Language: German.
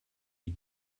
die